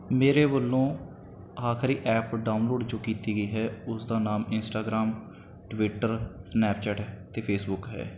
ਮੇਰੇ ਵੱਲੋਂ ਆਖਰੀ ਐਪ ਡਾਊਨਲੋਡ ਜੋ ਕੀਤੀ ਗਈ ਹੈ ਉਸ ਦਾ ਨਾਮ ਇੰਸਟਾਗ੍ਰਾਮ ਟਵਿੱਟਰ ਸਨੈਪਚੈਟ ਅਤੇ ਫੇਸਬੁਕ ਹੈ